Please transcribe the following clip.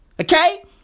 Okay